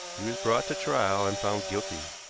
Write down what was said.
he was brought to trial, and found guilty.